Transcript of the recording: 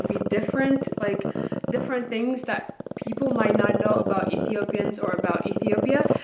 different, like different things that people might not know about ethiopians or about ethiopia.